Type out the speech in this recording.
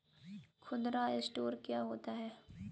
खुदरा स्टोर क्या होता है?